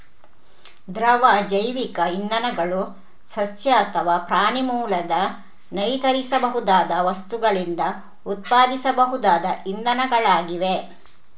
ದ್ರವ ಜೈವಿಕ ಇಂಧನಗಳು ಸಸ್ಯ ಅಥವಾ ಪ್ರಾಣಿ ಮೂಲದ ನವೀಕರಿಸಬಹುದಾದ ವಸ್ತುಗಳಿಂದ ಉತ್ಪಾದಿಸಬಹುದಾದ ಇಂಧನಗಳಾಗಿವೆ